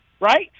Right